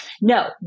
No